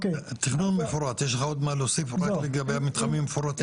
תכנון מפורט יש לך עוד מה להוסיף לגבי המתחמים המפורטים?